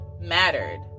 mattered